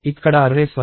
ఇక్కడ అర్రేస్ వస్తాయి